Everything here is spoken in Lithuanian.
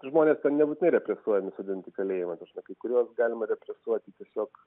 žmonės ten nebūtinai represuojami sodinti į kalėjimą ta prasme kai kuriuos galima represuoti tiesiog